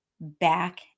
back